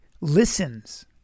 listens